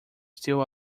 still